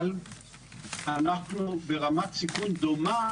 אבל אנחנו ברמת סיכון דומה